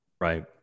Right